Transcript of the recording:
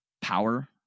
power